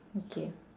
okay